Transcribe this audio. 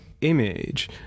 image